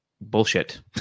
Bullshit